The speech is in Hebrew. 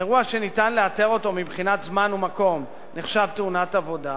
אירוע שאפשר לאתר אותו מבחינת זמן ומקום נחשב תאונת עבודה,